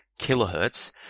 kilohertz